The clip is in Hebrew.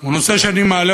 הוא נושא שאני מעלה